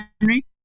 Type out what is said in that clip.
Henry